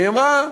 היא אמרה: